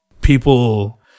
people